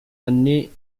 années